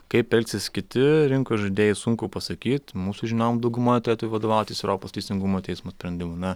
kaip elgsis kiti rinkos žaidėjai sunku pasakyt mūsų žinom dauguma turėtų vadovautis europos teisingumo teismo sprendimu na